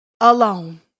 alone